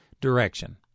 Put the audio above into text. direction